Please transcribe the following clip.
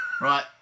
Right